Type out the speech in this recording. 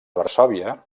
varsòvia